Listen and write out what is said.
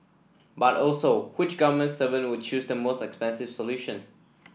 but also which government servant would choose the most expensive solution